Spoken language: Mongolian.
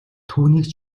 түүнийг